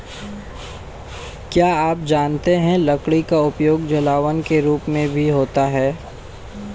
क्या आप जानते है लकड़ी का उपयोग जलावन के रूप में भी होता है?